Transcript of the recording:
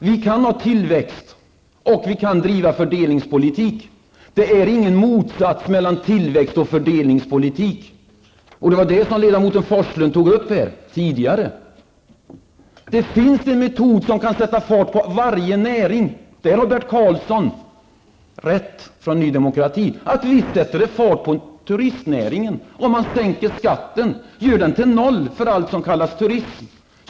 Vi kan ha tillväxt och samtidigt driva fördelningspolitik, för det finns inget motsatsförhållande mellan tillväxt och fördelningspolitik, vilket ledamoten Forslund tidigare tog upp. Bert Karlsson i NY Demokrati har rätt i att det finns en metod som kan sätta fart på varje näring, och visst blir det fart på turistnäringen om man sänker skatten eller gör den till noll för allt som kan kallas turism.